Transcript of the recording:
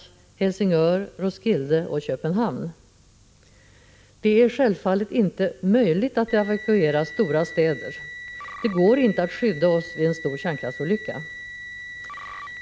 Det är självfallet inte möjligt att evakuera stora städer. Det går inte att skydda oss vid en stor kärnkraftsolycka.